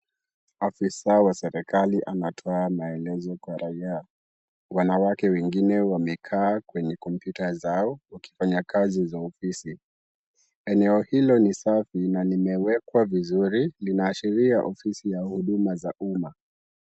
Afisa wa serikali anatoa maelezo kwa raia , wanawake wengine wamekaa kwenye kompyuta zao wakifanya kazi za ofisi, eneo hilo ni safi na limewekwa vizuri , linaashiria ofisi ya huduma za umma.